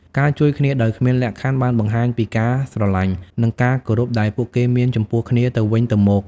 ការជួយគ្នាដោយគ្មានលក្ខខណ្ឌបានបង្ហាញពីការស្រលាញ់និងការគោរពដែលពួកគេមានចំពោះគ្នាទៅវិញទៅមក។